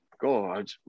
god